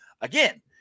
again